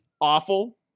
awful